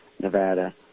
Nevada